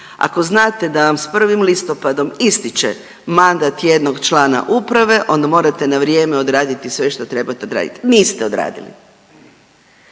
Ako znate da vam s 1. listopadom ističe mandat jednog člana Uprave, onda morate na vrijeme odraditi sve što trebate odraditi. Niste odradili.